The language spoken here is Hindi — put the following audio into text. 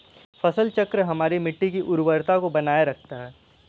फसल चक्र हमारी मिट्टी की उर्वरता को बनाए रखता है